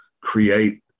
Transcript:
create